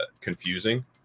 confusing